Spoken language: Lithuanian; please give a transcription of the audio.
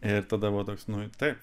ir tada va toks nu taip